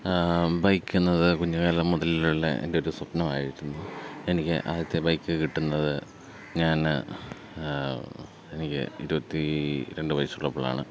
bike എന്നത് കുഞ്ഞുകാലം മുതലുള്ള എൻ്റെ ഒരു സ്വപ്നമായിരുന്നു എനിക്ക് ആദ്യത്തെ ബൈക്ക് കിട്ടുന്നത് ഞാൻ എനിക്ക് ഇരുപത്തി രണ്ട് വയസുള്ളപ്പോഴാണ്